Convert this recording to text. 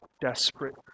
desperate